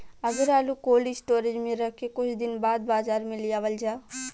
अगर आलू cold storage में रख के कुछ दिन बाद बाजार में लियावल जा?